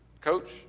Coach